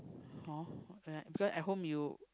hor because at home you